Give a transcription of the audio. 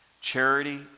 Charity